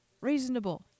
reasonable